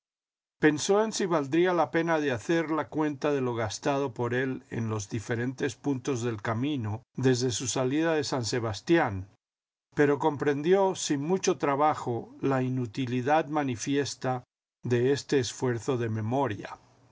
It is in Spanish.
pensó en si valdría la pena de hacer la cuenta de lo gastado por él en los diferentes puntos del camino desde su salida de san sebastián pero comprendió sin mucho trabajo la inutilidad manifiesta de este esfuerzo de memoria